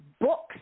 books